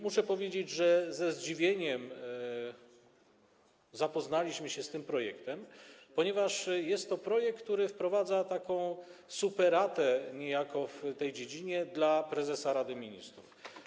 Muszę powiedzieć, że ze zdziwieniem zapoznaliśmy się z tym projektem, ponieważ jest to projekt, który niejako wprowadza superatę w tej dziedzinie dla prezesa Rady Ministrów.